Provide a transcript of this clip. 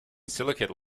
silicate